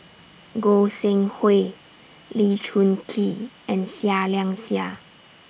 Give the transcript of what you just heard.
Goi Seng Hui Lee Choon Kee and Seah Liang Seah